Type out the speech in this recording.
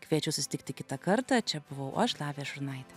kviečiu susitikti kitą kartą čia buvau aš lavija šurnaitė